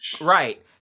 Right